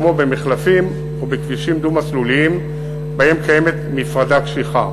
כמו במחלפים ובכבישים דו-מסלוליים שבהם קיימת מפרדה קשיחה.